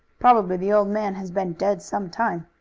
probably the old man has been dead some time.